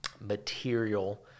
material